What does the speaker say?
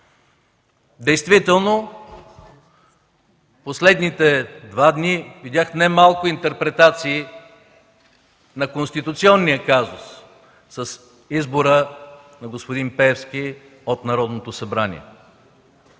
Действително, през последните два дни видях немалко интерпретации на конституционния казус с избора на господин Пеевски от Народното събрание.